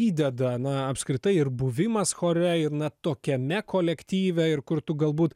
įdeda na apskritai ir buvimas chore ir na tokiame kolektyve ir kur tu galbūt